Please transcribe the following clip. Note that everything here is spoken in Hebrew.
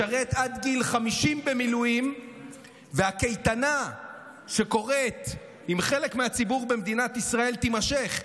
ישרת עד גיל 50 במילואים והקייטנה שעושה חצי מהציבור בישראל תימשך.